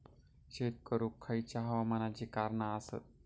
शेत करुक खयच्या हवामानाची कारणा आसत?